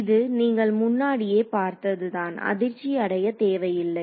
இது நீங்கள் முன்னாடியே பார்த்ததுதான் அதிர்ச்சி அடைய தேவையில்லை